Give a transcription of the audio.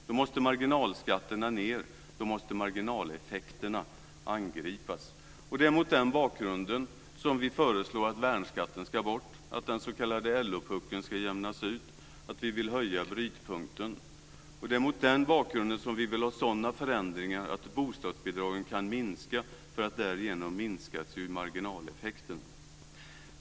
Då måste marginalskatterna ned och marginaleffekterna angripas. Det är mot den bakgrunden som vi föreslår att värnskatten ska bort och att den s.k. LO-puckeln ska jämnas ut. Dessutom vill vi höja brytpunkten. Därför vill vi ha förändringar som är sådana att bostadsbidragen kan minska. Därigenom minskas ju marginaleffekterna.